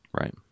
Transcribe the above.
Right